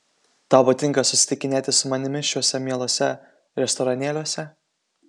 tau patinka susitikinėti su manimi šiuose mieluose restoranėliuose